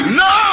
no